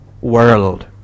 world